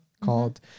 called